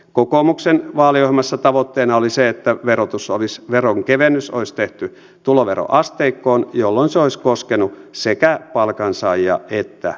kokoomuksen vaaliohjelmassa tavoitteena oli se että veronkevennys olisi tehty tuloveroasteikkoon jolloin se olisi koskenut sekä palkansaajia että eläkkeensaajia